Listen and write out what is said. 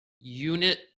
Unit